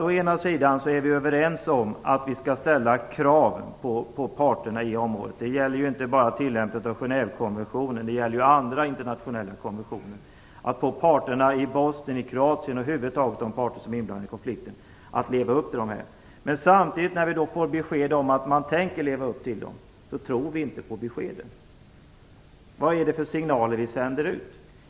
Vi är överens om att vi skall ställa krav på parterna i området. Det gäller inte bara tillämpningen av Genèvekonventionen utan även andra internationella konventioner. Vi måste få parterna i Bosnien och Kroatien och över huvud taget de parter som är inblandade i konflikten att leva upp till dem. Men när vi då får besked om att man tänker leva upp till dem, tror vi inte på beskeden. Vad är det för signaler vi sänder ut?